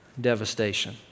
devastation